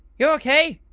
you ok?